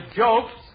jokes